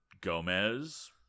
Gomez